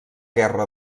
guerra